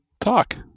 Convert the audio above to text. talk